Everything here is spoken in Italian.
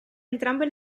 entrambe